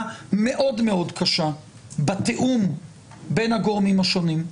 מאוד מאוד קשה בתיאום בין הגורמים השונים,